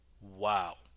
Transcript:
Wow